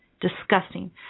Disgusting